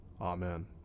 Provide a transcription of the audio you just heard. Amen